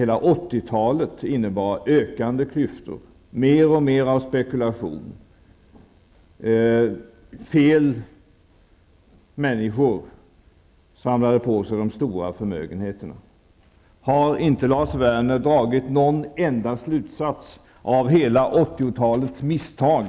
Hela 80-talet innebar ökande klyftor i samhället och mer av spekulation, fel människor samlade på sig de stora förmögenheterna. Har inte Lars Werner dragit någon enda slutsats av hela 80-talets misstag?